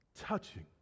touching